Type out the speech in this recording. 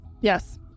Yes